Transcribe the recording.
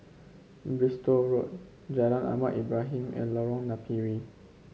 Bristol Road Jalan Ahmad Ibrahim and Lorong Napiri